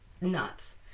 nuts